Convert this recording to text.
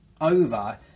over